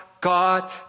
God